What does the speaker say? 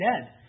dead